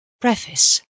PREFACE